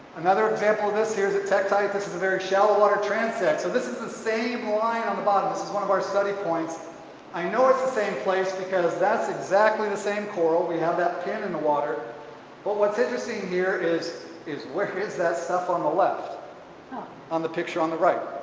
another example of this here is a tektite this is a very shallow water transect so this is the same line on the bottom this is one of our study points i know it's the same place because that's exactly the same coral we have that pin in the water but what's interesting here is is where is that stuff on the left on the picture on the right?